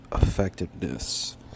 effectiveness